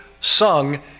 sung